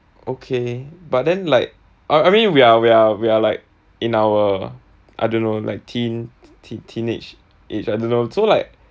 okay but then like I I mean we are we are we are like in our I don't know like teen teenage age I don't know so like